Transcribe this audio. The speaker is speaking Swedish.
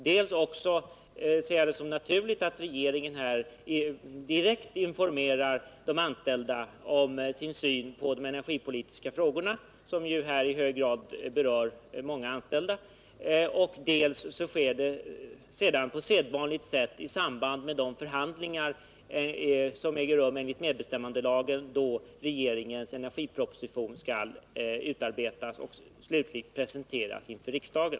För det andra ser jag det som naturligt att regeringen direkt informerar de anställda om sin syn på de energipolitiska frågorna, något som ju i hög grad berör många anställda. För det tredje kommer de anställda sedan på vanligt sätt med i samband med de förhandlingar som äger rum enligt medbestämmandelagen, då regeringens energiproposition skall utarbetas och slutligen presenteras inför riksdagen.